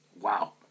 Wow